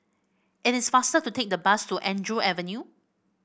it is faster to take the bus to Andrew Avenue